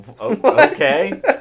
Okay